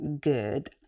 good